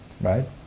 right